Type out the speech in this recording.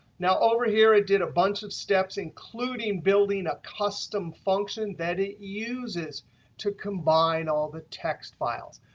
now, over here it did a bunch of steps, including building a custom function that it uses to combine all the text files.